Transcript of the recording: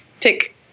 pick